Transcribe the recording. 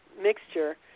mixture